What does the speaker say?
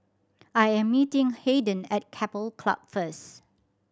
I am meeting Hayden at Keppel Club first